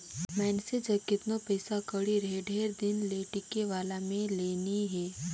मइनसे जग केतनो पइसा कउड़ी रहें ढेर दिन ले टिके वाला में ले नी हे